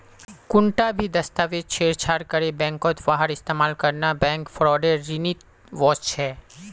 कुंटा भी दस्तावेजक छेड़छाड़ करे बैंकत वहार इस्तेमाल करना बैंक फ्रॉडेर श्रेणीत वस्छे